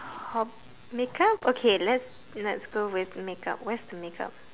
hob makeup okay let's let's go with makeup where's the makeup